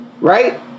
Right